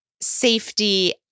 safety